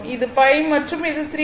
இது π மற்றும் இது 3π2